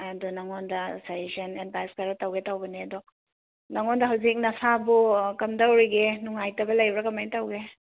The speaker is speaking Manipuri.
ꯑꯗꯣ ꯅꯪꯉꯣꯟꯗ ꯁꯥꯖꯦꯁꯁꯟ ꯑꯦꯗꯚꯥꯏꯁ ꯈꯔꯥ ꯇꯧꯒꯦ ꯇꯧꯕꯅꯦ ꯑꯗꯣ ꯅꯪꯉꯣꯟꯗ ꯍꯧꯖꯤꯛ ꯅꯁꯥꯕꯨ ꯀꯝꯗꯧꯔꯤꯒꯦ ꯅꯨꯡꯉꯥꯏꯇꯕ ꯂꯩꯕ꯭ꯔꯥ ꯀꯃꯥꯏꯅ ꯇꯧꯒꯦ